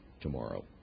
tomorrow